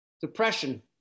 depression